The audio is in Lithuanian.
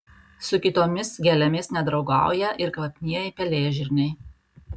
su kitomis gėlėmis nedraugauja ir kvapnieji pelėžirniai